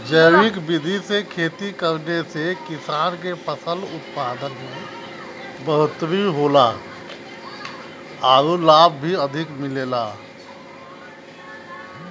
जैविक विधि से खेती करले से किसान के फसल उत्पादन में बढ़ोतरी होला आउर लाभ भी अधिक मिलेला